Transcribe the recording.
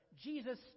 Jesus